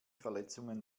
verletzungen